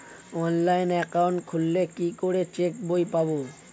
Online account খুললে কি করে চেক বই পাব?